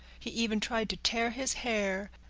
he even tried to tear his hair,